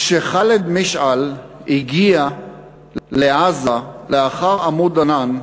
כשח'אלד משעל הגיע לעזה לאחר "עמוד ענן"